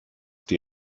die